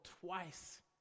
twice